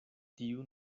tiu